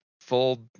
Full